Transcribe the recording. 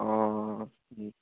অঁ